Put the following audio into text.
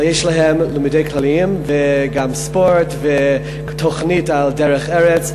אבל יש להם לימודים כלליים וגם ספורט ותוכנית על דרך ארץ.